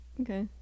Okay